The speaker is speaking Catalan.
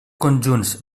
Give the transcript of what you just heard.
conjunts